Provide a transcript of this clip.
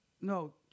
no